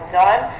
done